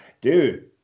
dude